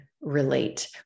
relate